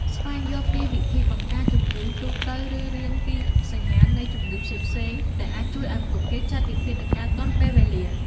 ស្វែងយល់ពីវិធីបង្ការជំងឺ ទូទៅ ឬរៀនពីសញ្ញាណនៃជំងឺផ្សេងៗ ដែលអាចជួយឲ្យពួកគេចាត់វិធានការទាន់ពេលវេលា។